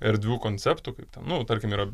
erdvių konceptų kaip ten nu tarkim yra